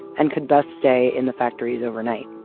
and could thus stay in the factories overnight